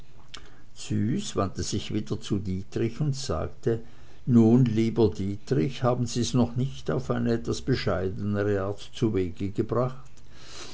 züs wandte sich wieder zu dietrich und sagte nun lieber dietrich haben sie's noch nicht auf eine etwas bescheidenere art zuwege gebracht